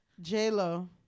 J-Lo